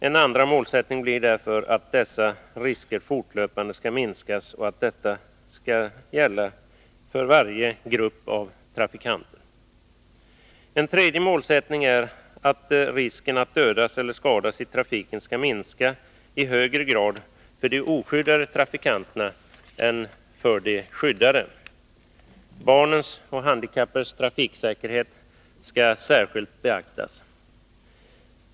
En andra målsättning blir därför, att dessa risker fortlöpande skall minskas och att detta skall gälla för varje grupp av trafikanter. — En tredje målsättning är att risken att dödas eller skadas i trafiken skall minska i högre grad för de oskyddade trafikanterna än för de skyddade. Barnens och de handikappades trafiksäkerhet skall särskilt beaktas.